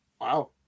Wow